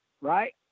right